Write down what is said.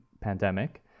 pandemic